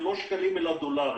ולא שקלים אלא דולרים.